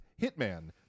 Hitman